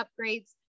upgrades